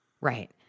Right